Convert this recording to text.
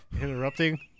Interrupting